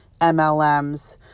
MLM's